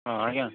ହଁ ଆଜ୍ଞା